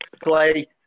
Clay